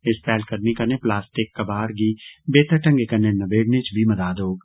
इस पहलकदमी कन्नै प्लसस्टिक कबाड़ गी बेहतर ढंगै कन्नै नबेड़ने च बी मदाद होग